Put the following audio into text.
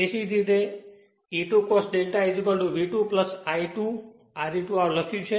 તેથી જ અમે E2 cos ∂ V2 I2 Re2 લખ્યું છે